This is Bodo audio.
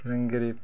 फोरोंगिरि